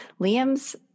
Liam's